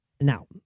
Now